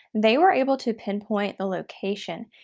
they were able to pinpoint the location.